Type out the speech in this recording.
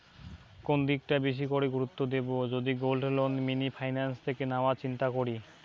কোন দিকটা বেশি করে গুরুত্ব দেব যদি গোল্ড লোন মিনি ফাইন্যান্স থেকে নেওয়ার চিন্তা করি?